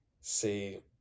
See